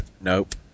nope